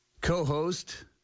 co-host